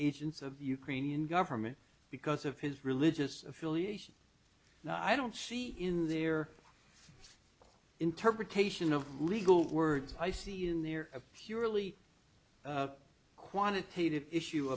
agents of the ukrainian government because of his religious affiliation and i don't see in their interpretation of legal words i see in there a purely quantitative issue